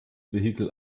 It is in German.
vehikel